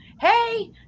Hey